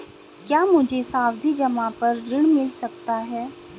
क्या मुझे सावधि जमा पर ऋण मिल सकता है?